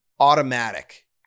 automatic